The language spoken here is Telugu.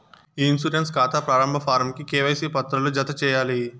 ఇ ఇన్సూరెన్స్ కాతా ప్రారంబ ఫారమ్ కి కేవైసీ పత్రాలు జత చేయాలి